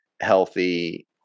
healthy